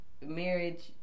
marriage